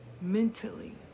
Mentally